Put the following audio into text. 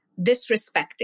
disrespecting